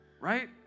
Right